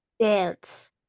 dance